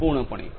સંપૂર્ણપણે